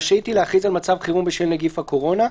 רשאית היא להכריז על מצב חירום בשל נגיף הקורונה,"